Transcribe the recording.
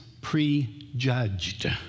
prejudged